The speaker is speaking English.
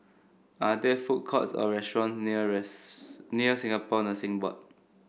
are there food courts or restaurant near near Singapore Nursing Board